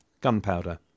gunpowder